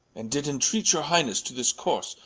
and did entreate your highnes to this course,